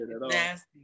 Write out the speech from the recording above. Nasty